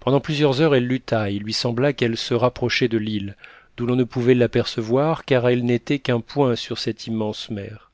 pendant plusieurs heures elle lutta et il lui sembla qu'elle se rapprochait de l'île d'où l'on ne pouvait l'apercevoir car elle n'était qu'un point sur cette immense mer